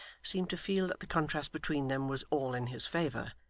seemed to feel that the contrast between them was all in his favour,